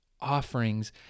offerings